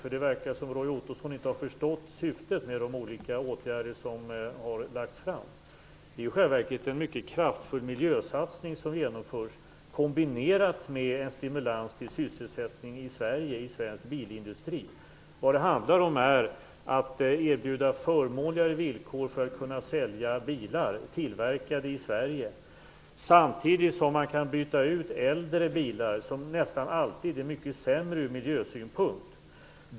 Det verkar nämligen som om Roy Ottosson inte har förstått syftet med de olika åtgärder som har lagts fram. Det är i själva verket en mycket kraftig miljösatsning som genomförs, kombinerat med en stimulans av sysselsättningen i Sverige och av svensk bilindustri. Det handlar om att erbjuda förmånligare villkor för att kunna sälja bilar som är tillverkade i Sverige och samtidigt kunna byta ut äldre bilar som nästan alltid är mycket sämre ur miljösynpunkt.